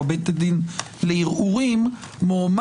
או בית הדין הערעורים מועמד,